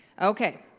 Okay